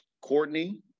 Courtney